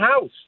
house